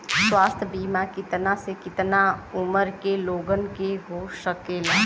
स्वास्थ्य बीमा कितना से कितना उमर के लोगन के हो सकेला?